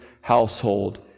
household